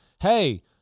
hey